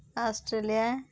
Australia